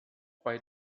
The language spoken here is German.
bei